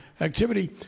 activity